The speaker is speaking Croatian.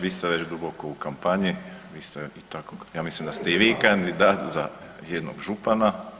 Vi ste već duboko u kampanji, vi ste tako, ja mislim da ste i vi kandidat za jednog župana.